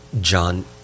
John